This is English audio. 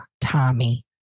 Tommy